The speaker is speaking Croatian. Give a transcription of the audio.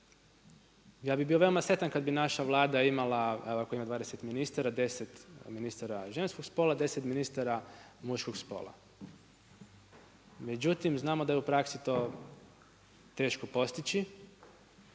Ja bi bio veoma sretan kad bi naša Vlada imala, evo ovako ima 20 ministara, 10 ministara ženskog spola, 10 ministara muškog spola. Međutim znamo da je u prasksi to teško postići